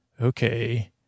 okay